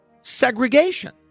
segregation